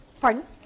Pardon